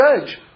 judge